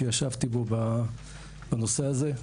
שישבתי בו בנושא הזה.